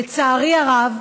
לצערי הרב,